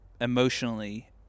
emotionally